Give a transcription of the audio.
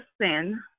sin